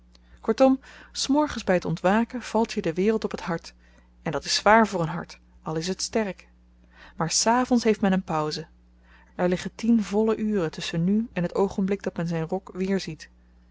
kortom s morgens by t ontwaken valt je de wereld op t hart en dat is zwaar voor een hart al is het sterk maar s avends heeft men een pauze er liggen tien volle uren tusschen nu en t oogenblik dat men zyn rok weerziet